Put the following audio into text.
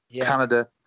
Canada